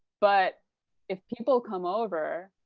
but if people come over,